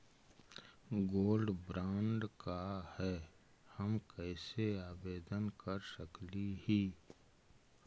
Gold bond का है, हम कैसे आवेदन कर सकली ही?